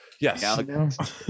Yes